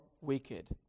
wicked